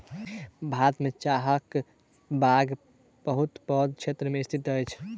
भारत में चाहक बगान बहुत पैघ क्षेत्र में स्थित अछि